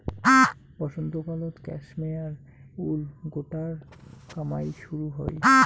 বসন্তকালত cashmere wool গোটার কামাই শুরু হই